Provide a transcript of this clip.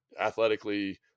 athletically